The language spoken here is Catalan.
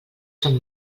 són